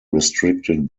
restricted